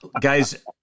Guys